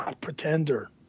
Pretender